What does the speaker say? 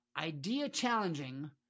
idea-challenging